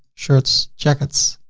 shirts, jackets,